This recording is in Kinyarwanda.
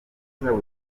zabo